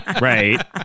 Right